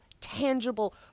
tangible